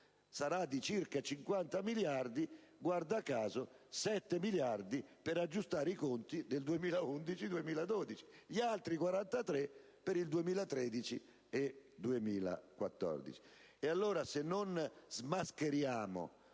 sarà di circa 50 miliardi, di cui, guarda caso, 7 miliardi per aggiustare i conti 2011-2012 e gli altri 43 miliardi per il 2013 e 2014.